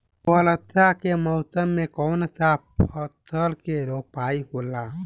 वर्षा के मौसम में कौन सा फसल के रोपाई होला?